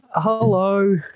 Hello